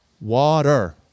water